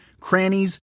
crannies